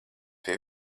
pie